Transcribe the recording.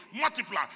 multiply